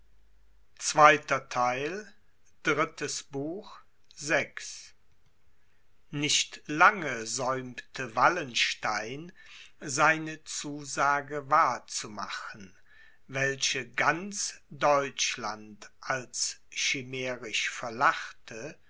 nicht lange säumte wallenstein seine zusage wahr zu machen welche ganz deutschland als chimärisch verlachte